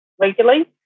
regularly